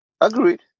Agreed